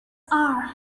are